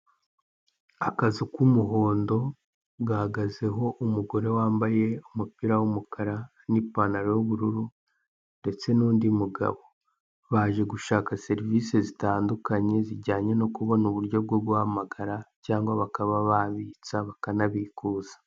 Akazu k'umuhondo gahagazeho umugore wambaye umupira w'umukara n'ipantaro y'ubururu, ndetse n'undi mugabo. Baje gushaka serivise zitandukanye Zijyanye no kubona uburyo bwo guhamagara cyangwa bakaba babitsa bakanabikuza.